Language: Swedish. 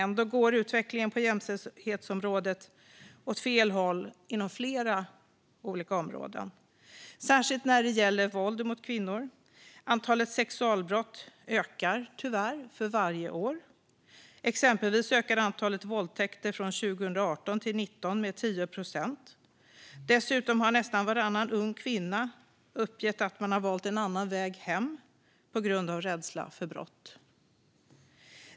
Ändå går utvecklingen på jämställdhetsområdet åt fel håll inom flera olika områden, särskilt när det gäller våld mot kvinnor. Antalet sexualbrott ökar tyvärr för varje år. Exempelvis ökade antalet våldtäkter från 2018 till 2019 med 10 procent. Dessutom har nästan varannan ung kvinna uppgett att de har valt en annan väg hem på grund av rädsla för brott.